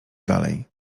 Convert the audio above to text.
dalej